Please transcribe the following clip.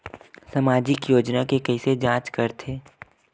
सामाजिक योजना के कइसे जांच करथे?